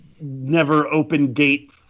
never-open-gate